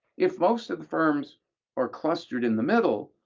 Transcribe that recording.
if most of the firms are clustered in the middle,